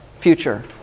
future